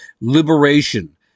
liberation